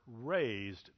raised